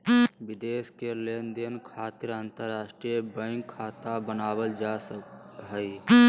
विदेश के लेनदेन खातिर अंतर्राष्ट्रीय बैंक खाता बनावल जा हय